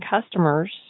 customers